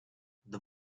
the